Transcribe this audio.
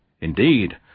Indeed